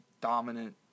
dominant